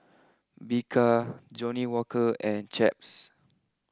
Bika Johnnie Walker and Chaps